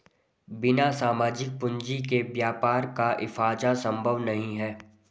बिना सामाजिक पूंजी के व्यापार का इजाफा संभव नहीं है